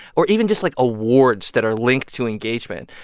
or even just, like, awards that are linked to engagement.